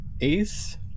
Ace